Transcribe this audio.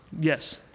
Yes